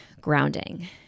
grounding